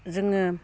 जोङो